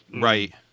Right